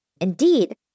Indeed